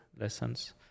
lessons